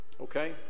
Okay